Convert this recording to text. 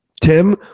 tim